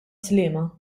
sliema